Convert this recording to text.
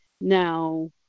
now